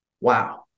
Wow